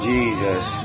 Jesus